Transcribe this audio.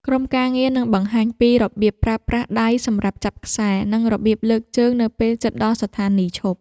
ក្រុមការងារនឹងបង្ហាញពីរបៀបប្រើប្រាស់ដៃសម្រាប់ចាប់ខ្សែ និងរបៀបលើកជើងនៅពេលជិតដល់ស្ថានីយឈប់។